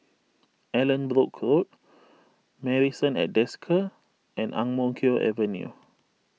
Allanbrooke Road Marrison at Desker and Ang Mo Kio Avenue